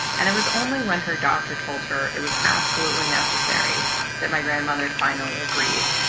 and it was only when her doctor told her it was absolutely necessary that my grandmother finally agreed.